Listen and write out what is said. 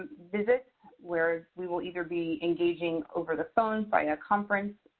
visits where we will either be engaging over the phone, via a conference,